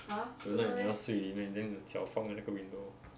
tonight 你要睡里面 then 你的脚放在那个 window lor